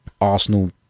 Arsenal